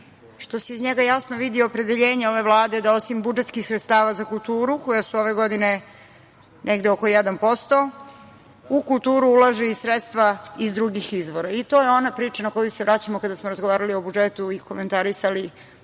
što se iz njega jasno vidi opredeljenje ove Vlade da osim budžetskih sredstava za kulturu, koja su ove godine negde oko 1%, u kulturu ulažu i sredstva iz drugih izvora. To je ona priča na koju se vraćamo kada smo razgovarali o budžetu i komentarisali da